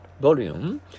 Volume